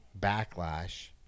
backlash